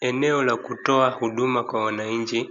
Eneo la kutoa huduma kwa wananchi,